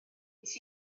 nes